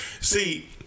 See